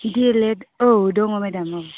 D El Ed औ दङ madam औ